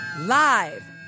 Live